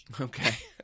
Okay